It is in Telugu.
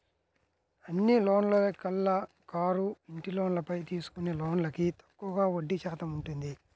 అన్ని లోన్లలోకెల్లా కారు, ఇంటి లోన్లపై తీసుకునే లోన్లకు తక్కువగా వడ్డీ శాతం ఉంటుంది